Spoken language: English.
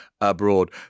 abroad